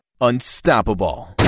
unstoppable